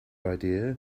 idea